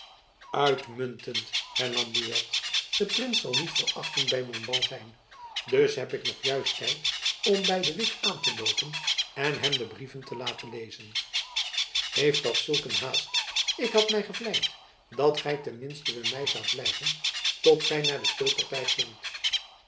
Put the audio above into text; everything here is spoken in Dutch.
uitmuntend hernam buat de prins zal niet voor achten by montbas zijn dus heb ik nog juist den tijd om by de witt aan te loopen en hem de brieven te laten lezen heeft dat zulk een haast ik had my gevleid dat gy ten minsten by my zoudt blijven tot gy naar de speelparty gingt